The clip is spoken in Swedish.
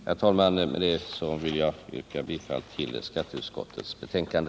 Herr talman! Med detta vill jag yrka bifall till utskottets hemställan i skatteutskottets betänkande.